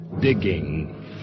digging